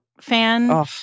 fan